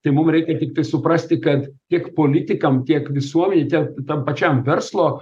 tai mum reikia tiktai suprasti kad tiek politikam tiek visuomenei tiek tam pačiam verslo